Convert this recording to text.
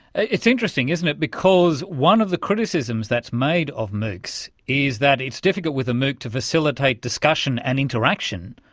it's interesting, isn't it, because one of the criticisms that's made of moocs is that it's difficult with a mooc to facilitate discussion and interaction,